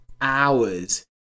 hours